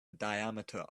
diameter